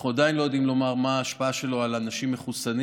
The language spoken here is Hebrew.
אנחנו עדיין לא יודעים לומר מה ההשפעה שלו על אנשים מחוסנים.